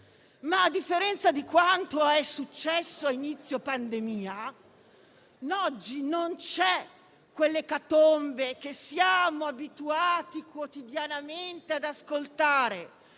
ma, a differenza di quanto è successo a inizio pandemia, oggi non c'è quell'ecatombe che siamo abituati quotidianamente ad ascoltare